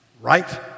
Right